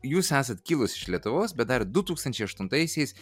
jūs esat kilusi iš lietuvos bet dar du tūkstančiai aštuntaisiais